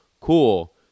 cool